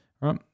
right